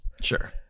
Sure